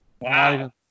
Wow